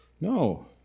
No